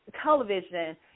television